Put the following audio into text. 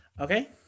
Okay